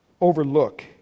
overlook